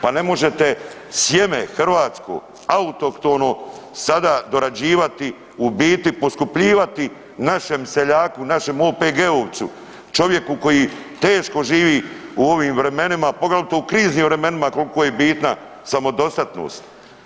Pa ne možete sjeme hrvatsko, autohtono sada dorađivati, u biti poskupljivati našem seljaku, našem OPG-vcu, čovjeku koji teško živi u ovim vremenima, poglavito u kriznim vremenima koliko je bitna samodostatnost.